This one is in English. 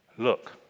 Look